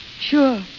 Sure